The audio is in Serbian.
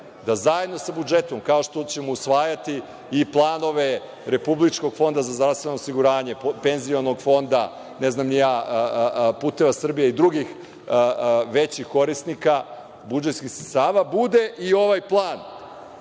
Da zajedno sa budžetom, kao što ćemo usvajati i planove Republičkog fonda za zdravstveno osiguranje, Penzionog fonda, ne znam ni ja, Puteva Srbije i drugih većih korisnika, budžetskih sredstava, bude i ovaj plan